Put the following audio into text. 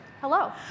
Hello